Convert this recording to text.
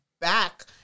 back